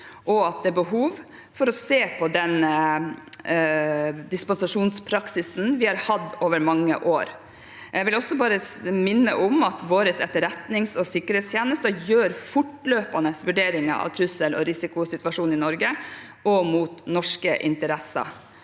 og at det er behov for å se på den dispensasjonspraksisen vi har hatt over mange år. Jeg vil også bare minne om at våre etterretnings- og sikkerhetstjenester gjør fortløpende vurderinger av trussel- og risikosituasjonen i Norge og mot norske interesser.